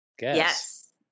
yes